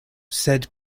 sed